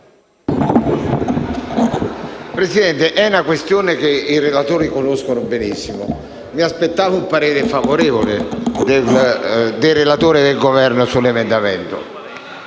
tratta una questione che i relatori conoscono benissimo. Mi aspettavo un parere favorevole dei relatori e del Governo su di esso.